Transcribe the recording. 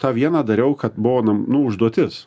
tą vieną dariau kad buvo nu užduotis